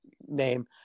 name